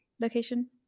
location